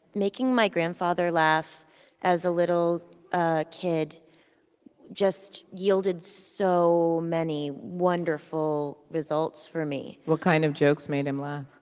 making my grandfather laugh as a little ah kid just yielded so many wonderful results for me what kind of jokes made him laugh?